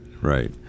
right